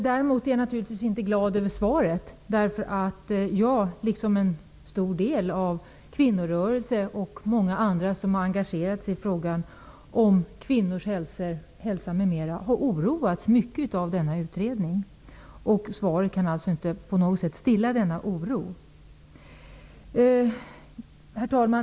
Däremot är jag naturligtvis inte glad över svaret därför att jag, liksom en stor del av kvinnorörelsen och många andra som har engagerat sig i frågan om kvinnors hälsa m.m., har oroats mycket av denna utredning. Svaret kan inte på något sätt stilla denna oro. Herr talman!